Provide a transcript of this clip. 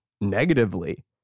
negatively